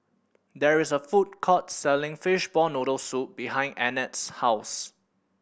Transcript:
there is a food court selling fishball noodle soup behind Annette's house